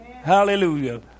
Hallelujah